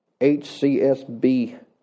HCSB